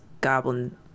goblin